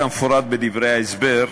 כמפורט בדברי ההסבר,